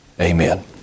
amen